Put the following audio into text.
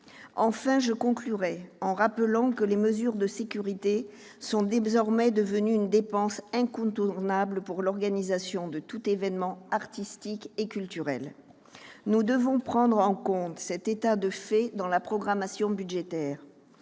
mon propos en rappelant que les mesures de sécurité sont désormais devenues une dépense incontournable pour l'organisation de tout événement artistique et culturel. Nous devons prendre en compte cet état de fait dans la programmation budgétaire.